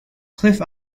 cliff